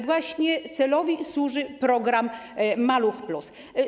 Właśnie temu celowi służy program „Maluch+”